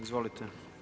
Izvolite.